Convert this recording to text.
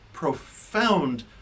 Profound